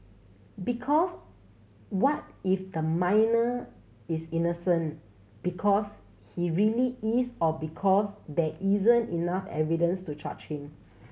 because what if the minor is innocent because he really is or because there isn't enough evidence to charge him